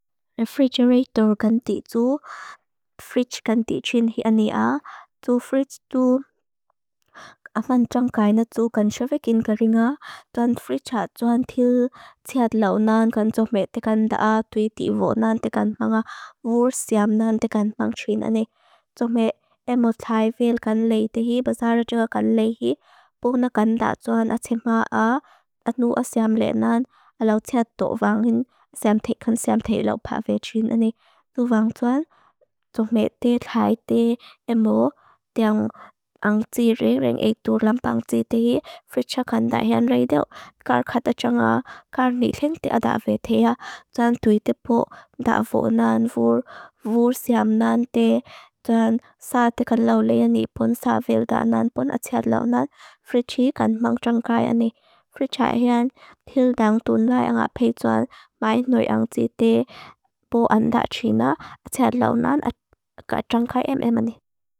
Refrigerator gan di du, fridge gan di trin hi an ni a. Du fridge du, afan jang gaina du, gan shavekin garing a. Duan fridge a duan til tiad lau nan, gan joh me tekan da a dui di vo nan tekan pang a. Vur siam nan tekan pang trin an ni. Joh me emotivale gan lei tehi, basara joh gan lei hi. Bo na gan da duan a tekan pang a, at nu a siam lei nan, a lau tiad do vang seam tekan seam tekan lau pa ve trin an ni. Nu vang duan, joh me te, trai te, emo, diang ang tiri reng e dur lampang tiri tehi, fridge kan da hi an lei deo. Kar kata jang a, kar mi ling te a da ve te a. Duan dui di po, da vo nan, vur, vur siam nan te. Duan sa tekan lau lei an ni pun, sa vil da nan pun, a tiad lau nan, fridge kan mang jang kai an ni. Fridge a hi an, til dang tun lai ang a pejuan, mai nui ang tiri te, bo an da trina, a tiad lau nan, ka jang kai em em an ni.